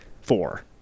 four